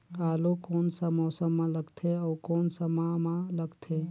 आलू कोन सा मौसम मां लगथे अउ कोन सा माह मां लगथे?